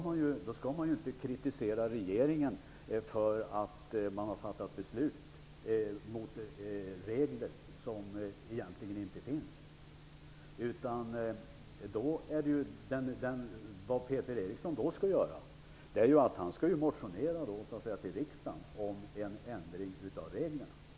Regeringen skall ju inte kritiseras för att ha fattat beslut som är emot regler som egentligen inte finns, utan vad Peter Eriksson då skall göra är att motionera i riksdagen om en ändring av reglerna.